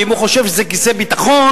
ואם הוא חושב שזה כיסא ביטחון,